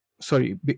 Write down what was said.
Sorry